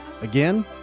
Again